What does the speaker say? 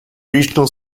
regional